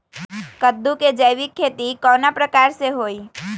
कददु के जैविक खेती किस प्रकार से होई?